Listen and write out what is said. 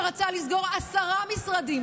שרצה לסגור עשרה משרדים,